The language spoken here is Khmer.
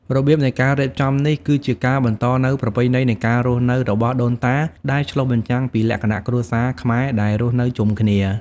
របៀបនៃការរៀបចំនេះ គឺជាការបន្តនូវប្រពៃណីនៃការរស់នៅរបស់ដូនតា ដែលឆ្លុះបញ្ចាំងពីលក្ខណៈគ្រួសារខ្មែរដែលរស់នៅជុំគ្នា។